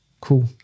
Cool